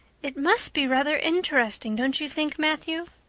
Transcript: it must be rather interesting, don't you think, matthew?